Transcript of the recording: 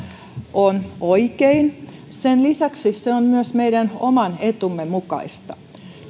on oikein ja sen lisäksi se on myös meidän oman etumme mukaista